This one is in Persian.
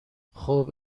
خوب